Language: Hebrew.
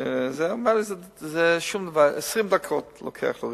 20 דקות זה לוקח,